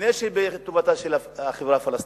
לפני טובתה של החברה הפלסטינית.